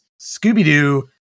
Scooby-Doo